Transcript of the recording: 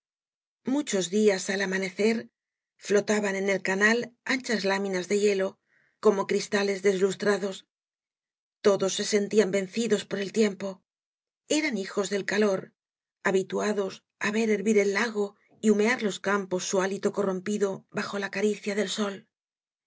machos días al amanecer flotaban en ei canal anchas láoiinas de hielo como cristales des lustrados todos se sentían vencidos por el tiempo eran hijos del calor habituados á ver hervir el lago y humear los campos su hálito corrompido bajo la caricia del sol